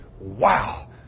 wow